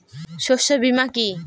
শস্য বীমা কি?